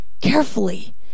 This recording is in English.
carefully